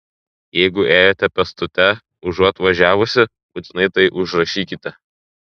jeigu ėjote pėstute užuot važiavusi būtinai tai užrašykite